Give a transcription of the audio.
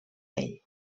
ell